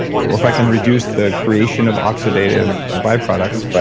or if i can reduce the creation of oxidative ah byproducts. right.